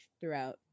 throughout